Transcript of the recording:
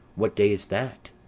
what day is that?